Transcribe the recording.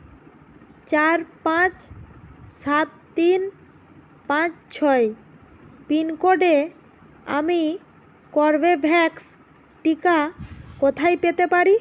চার পাঁচ সাত তিন পাঁচ ছয় পিনকোডে আমি কর্বেভ্যাক্স টিকা কোথায় পেতে পারি